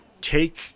take